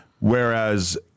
whereas